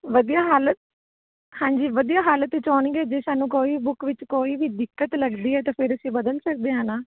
ਵਧੀਆ ਹਾਲਤ ਹਾਂਜੀ ਵਧੀਆ ਹਾਲਤ ਵਿੱਚ ਹੋਣਗੀਆਂ ਜੇ ਸਾਨੂੰ ਕੋਈ ਬੁੱਕ ਵਿੱਚ ਕੋਈ ਵੀ ਦਿੱਕਤ ਲੱਗਦੀ ਏ ਅਤੇ ਫਿਰ ਅਸੀਂ ਬਦਲ ਸਕਦੇ ਏ ਨਾ